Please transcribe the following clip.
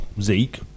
Zeke